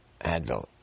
Advil